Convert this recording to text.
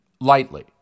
lightly